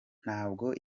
ntabwo